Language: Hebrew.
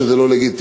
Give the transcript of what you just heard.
שזה לא לגיטימי,